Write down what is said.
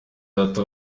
data